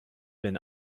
been